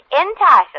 entitled